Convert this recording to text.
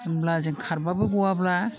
होनब्ला जों खारब्लाबो गआब्ला